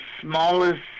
smallest